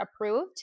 approved